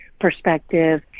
perspective